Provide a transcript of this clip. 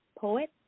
poet